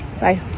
Bye